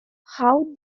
how